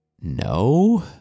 No